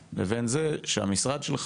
אבל המשרד שלך הוא בנפרד לבין זה שהמשרד שלך,